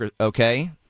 Okay